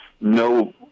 no